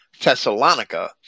Thessalonica